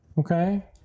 Okay